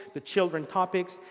the children topics,